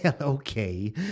okay